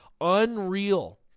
unreal